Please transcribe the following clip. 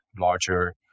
larger